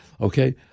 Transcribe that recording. Okay